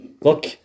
Look